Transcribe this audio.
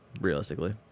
realistically